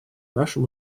нашим